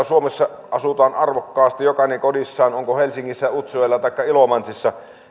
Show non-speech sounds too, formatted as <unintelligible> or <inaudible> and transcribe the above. <unintelligible> suomessa asutaan arvokkaasti jokainen kodissaan on sitten helsingissä utsjoella taikka ilomantsissa